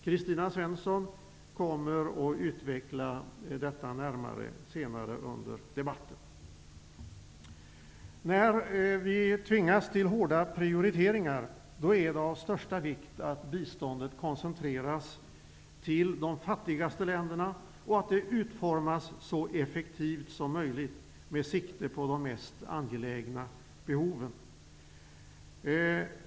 Kristina Svensson kommer att utveckla detta närmare senare under debatten. När vi tvingas till hårda prioriteringar är det av största vikt att biståndet koncentreras till de fattigaste länderna och att det utformas så effektivt som möjligt med sikte på de mest angelägna behoven.